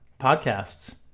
podcasts